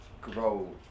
Grow